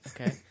okay